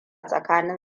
tsakanin